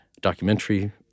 documentary